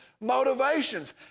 motivations